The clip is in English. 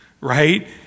right